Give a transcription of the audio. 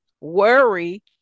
worry